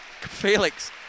Felix